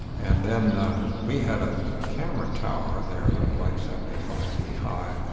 and then we had a camera tower there that was like seventy-five feet high,